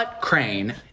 Crane